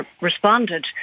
responded